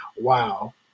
Wow